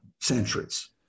centuries